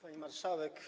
Pani Marszałek!